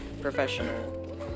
professional